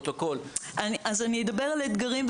אני אדבר על אתגרים,